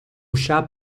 chá